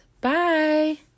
Bye